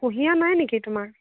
কুঁহিয়াৰ নাই নেকি তোমাৰ